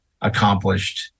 accomplished